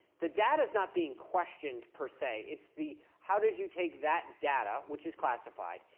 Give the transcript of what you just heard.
the data is not being questioned per se, it's the how did you take that data, which is classified,